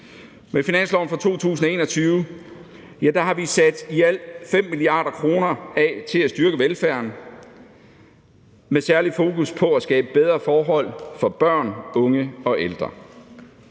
Med finansloven for 2021 har vi sat i alt 5 mia. kr. af til at styrke velfærden med særlig fokus på at skabe bedre forhold for børn, unge og ældre.